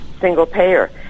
single-payer